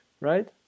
right